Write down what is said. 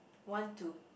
want to